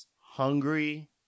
Hungry